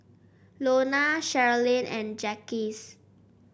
Lona Sherilyn and Jaquez